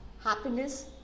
happiness